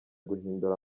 guhindura